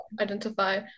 identify